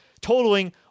totaling